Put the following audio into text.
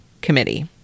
committee